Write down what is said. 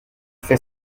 fait